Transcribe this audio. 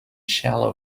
shallow